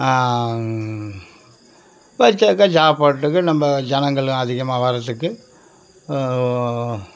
பசித்தாக்கா சாப்பாட்டுக்கு நம்ம ஜனங்களும் அதிகமாக வர்றதுக்கு